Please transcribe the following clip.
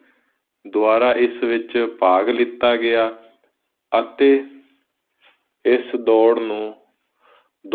ਪਹਿਲੀ ਮਰਦਾਂ ਦੁਆਰਾ ਸ਼ਿਲਪਕਾਰੀ ਕੀਤੀ ਜਾਂਦੀ ਸੀ